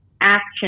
action